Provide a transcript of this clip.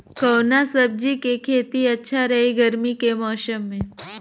कवना सब्जी के खेती अच्छा रही गर्मी के मौसम में?